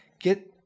get